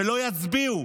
ולא יצביעו,